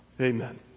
Amen